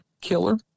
killer